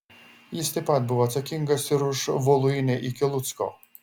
jis taip pat buvo atsakingas ir už voluinę iki lucko